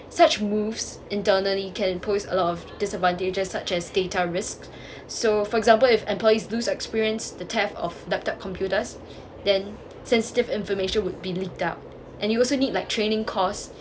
such moves internally can pose a lot of disadvantages such as data risk so for example if employees do experience the theft of laptop computers then sensitive information would be leaked out and you also need like training course